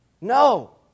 No